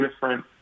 different